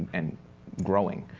and growing.